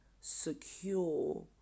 secure